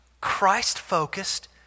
Christ-focused